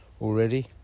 already